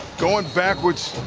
going backwards,